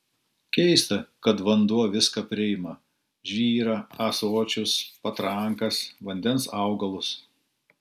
keista kad vanduo viską priima žvyrą ąsočius patrankas vandens augalus